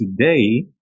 today